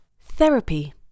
Therapy